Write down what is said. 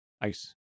ice